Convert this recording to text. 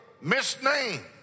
misnamed